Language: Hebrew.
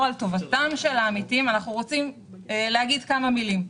על טובתם של העמיתים אנחנו רוצים להגיד כמה מילים.